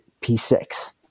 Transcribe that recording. P6